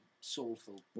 soulful